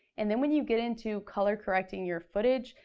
and then when you get into color correcting your footage,